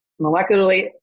molecularly